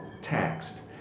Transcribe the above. taxed